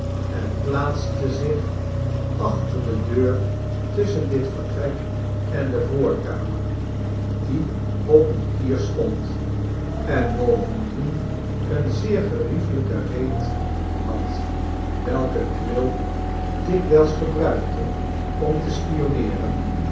en plaatste zich achter de deur tusschen dit vertrek en de voorkamer die op eene kier stond en bovendien eene zeer geriefelijke reet had welke quilp dikwijls gebruikte om te spionneeren